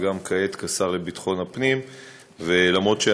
וגם כעת, כשר לביטחון הפנים.